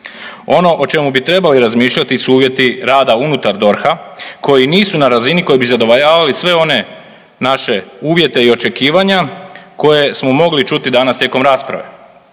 Ono o čemu trebali razmišljati su uvjeti rada unutar DORH-a koji nisu na razini koji bi zadovoljavali sve one naše uvjete i očekivanja koje smo mogli čuti danas tijekom rasprave.